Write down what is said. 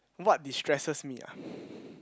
what distresses me ah